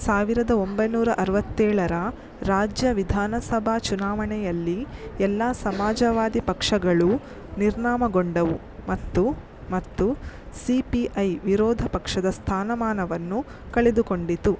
ಸಾವಿರದ ಒಂಬೈನೂರಾ ಅರವತ್ತೇಳರ ರಾಜ್ಯ ವಿಧಾನಸಭಾ ಚುನಾವಣೆಯಲ್ಲಿ ಎಲ್ಲ ಸಮಾಜವಾದಿ ಪಕ್ಷಗಳೂ ನಿರ್ನಾಮಗೊಂಡವು ಮತ್ತು ಮತ್ತು ಸಿ ಪಿ ಐ ವಿರೋಧ ಪಕ್ಷದ ಸ್ಥಾನಮಾನವನ್ನು ಕಳೆದುಕೊಂಡಿತು